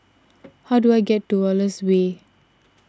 how do I get to Wallace Way